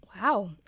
Wow